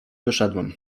wyszedłem